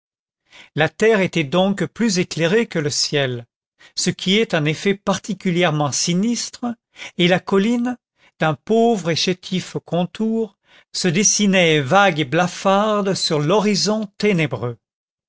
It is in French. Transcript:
la terre était donc plus éclairée que le ciel ce qui est un effet particulièrement sinistre et la colline d'un pauvre et chétif contour se dessinait vague et blafarde sur l'horizon ténébreux